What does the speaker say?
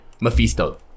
Mephisto